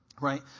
Right